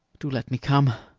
do let me come.